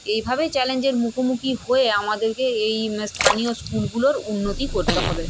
এইভাবেই চ্যালেঞ্জের মুখোমুখি হয়ে আমাদেরকে এই স্থানীয় স্কুলগুলোর উন্নতি করতে হবে